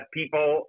people